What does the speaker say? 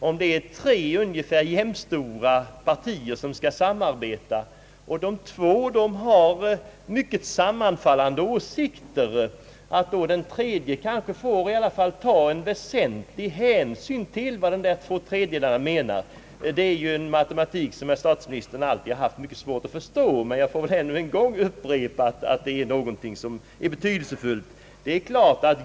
Om det är tre ungefär jämstora partier som skall samarbeta och två av dem har åsikter som sammanfaller i mycket, då måste det tredje partiet ta en väsentlig hänsyn till vad de två andra partierna menar. Det är en matematik som statsministern alltid haft mycket svårt att förstå, men jag vill än en gång upprepa att det är betydelsefullt.